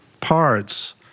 parts